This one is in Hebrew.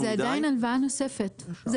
זה עדיין הלוואה נוספת שהלקוח צריך לשלם.